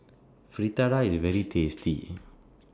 Fritada IS very tasty